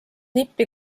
nippi